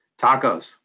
Tacos